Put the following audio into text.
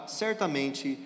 certamente